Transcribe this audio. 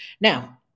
Now